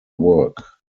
work